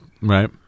Right